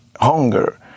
Hunger